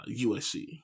USC